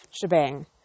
shebang